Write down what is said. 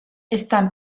estan